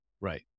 Right